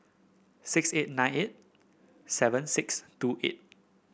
six eight nine eight seven six two eight